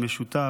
המשותף,